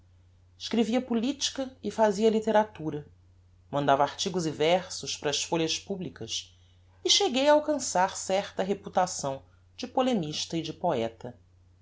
escrevia politica e fazia litteratura mandava artigos e versos para as folhas publicas e cheguei a alcançar certa reputação de polemista e de poeta